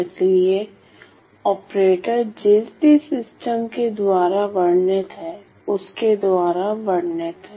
इसलिए ऑपरेटर जिस भी सिस्टम के द्वारा वर्णित है उसके द्वारा वर्णित है